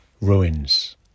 Ruins